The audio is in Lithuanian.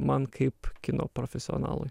man kaip kino profesionalui